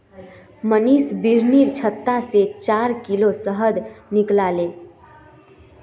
मनीष बिर्निर छत्ता से चार किलो शहद निकलाले